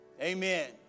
Amen